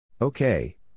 Okay